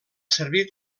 servir